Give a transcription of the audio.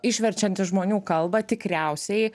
išverčiant į žmonių kalbą tikriausiai